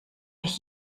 ich